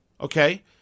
Okay